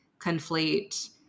conflate